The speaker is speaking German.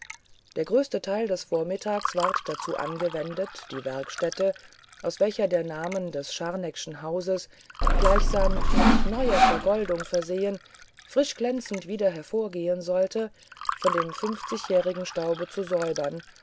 der größte teil des vormittags ward dazu angewendet die werkstätte aus welcher der name des scharneckschen hauses gleichsam mit neuer vergoldung versehen frisch glänzend wieder hervorgehen sollte von dem fünfzigjährigen staube zu säubern